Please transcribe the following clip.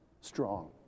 strong